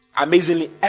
Amazingly